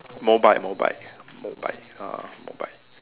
Mobike Mobike Mobike ah Mobike